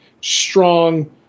strong